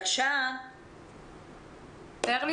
ביקשת נתון לגבי העלייה במספר מקרי האלימות